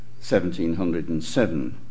1707